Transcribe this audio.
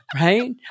Right